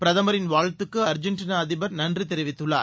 பிரதமரின் வாழ்த்துக்கு அர்ஜெண்டினா அதிபர் நன்றி தெரிவித்துள்ளார்